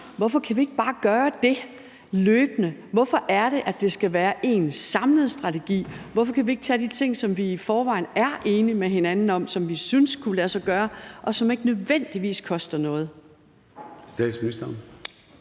Hvorfor kan vi ikke bare gøre det løbende? Hvorfor er det, at det skal være en samlet strategi? Hvorfor kan vi ikke tage de ting, som vi i forvejen er enige med hinanden om og synes kunne lade sig gøre, og som ikke nødvendigvis koster noget?